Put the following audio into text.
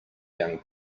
young